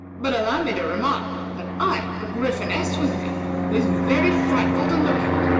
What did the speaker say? but allow me to remark that i have a gryphoness with me who is very frightful to look at,